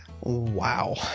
wow